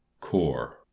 Core